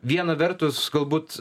viena vertus galbūt